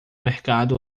mercado